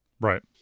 Right